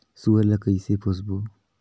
सुअर ला कइसे पोसबो?